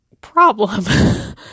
problem